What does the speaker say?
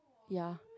ya